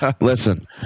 Listen